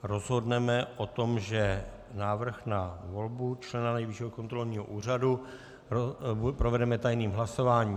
Rozhodneme o tom, že návrh na volbu člena Nejvyššího kontrolního úřadu provedeme tajným hlasováním.